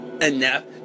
Enough